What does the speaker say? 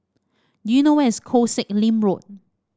do you know where is Koh Sek Lim Road